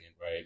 Right